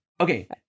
okay